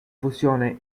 fusione